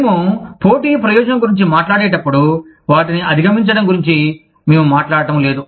మేము పోటీ ప్రయోజనం గురించి మాట్లాడేటప్పుడు వాటిని అధిగమించడం గురించి మేము మాట్లాడతమ లేదు